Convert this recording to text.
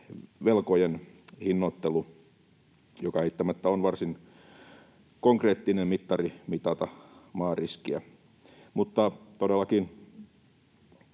velkojen hinnoittelu, joka eittämättä on varsin konkreettinen mittari mitata maariskiä. Mutta todellakin